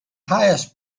highest